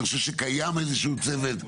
אני חושב שקיים איזשהו צוות,